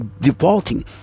defaulting